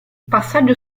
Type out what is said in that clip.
passaggio